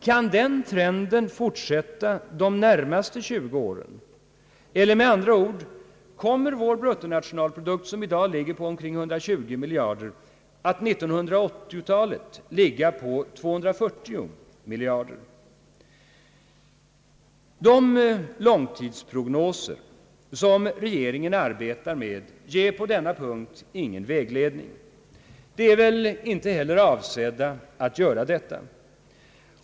Kan denna trend fortsätta de närmaste tjugo åren, så att vår bruttonationalprodukt som i dag ligger på omkring 120 miljarder kronor under 1980-talet kommer att uppgå till 240 miljarder? De långtidsprognoser som regeringen arbetar med ger på denna punkt ingen vägledning. De är väl inte heller avsedda att göra detta.